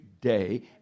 day